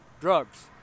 drugs